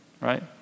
right